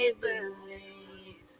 believe